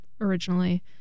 originally